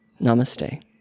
Namaste